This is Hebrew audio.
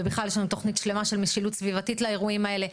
ובכלל יש לנו תוכנית שלמה של משילות סביבתית לדברים האלה.